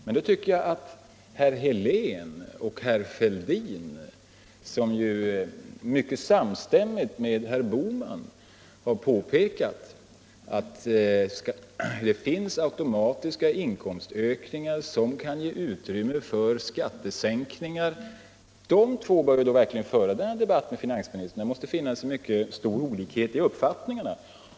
Men då tycker jag att herr Helén och herr Fälldin, som mycket samstämmigt med herr Bohman har påpekat att det finns automatiska inkomstökningar som kan ge utrymme för skattesänkningar, verkligen bör föra denna debatt med finansministern. Det måste föreligga en mycket stor olikhet i uppfattningarna.